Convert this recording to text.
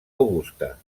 augusta